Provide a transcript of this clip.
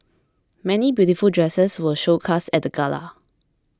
many beautiful dresses were showcased at the gala